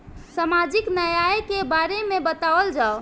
सामाजिक न्याय के बारे में बतावल जाव?